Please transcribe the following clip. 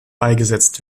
beigesetzt